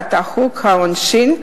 בהצעת חוק העונשין (תיקון,